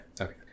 Okay